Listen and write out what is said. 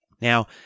Now